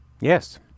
Yes